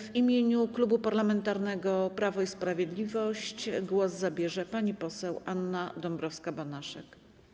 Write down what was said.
W imieniu Klubu Parlamentarnego Prawo i Sprawiedliwość głos zabierze pani poseł Anna Dąbrowska-Banaszek.